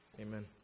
Amen